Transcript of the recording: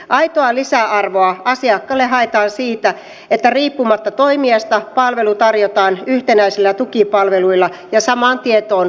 aitoa lisäarvoa asiakkaalle haetaan siitä että riippumatta toimijasta palvelu tarjotaan yhtenäisillä tukipalveluilla ja samaan tietoon perustuen